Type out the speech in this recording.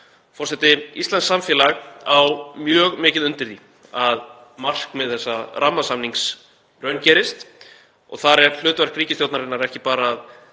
Forseti. Íslenskt samfélag á mjög mikið undir því að markmið þessa rammasamnings raungerist og þar er hlutverk ríkisstjórnarinnar ekki bara að